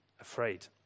afraid